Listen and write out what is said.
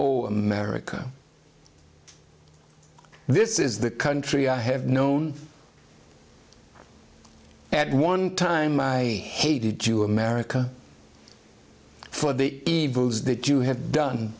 increase america this is the country i have known at one time i hated you america for the evils that you have done